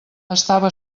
estava